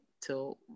till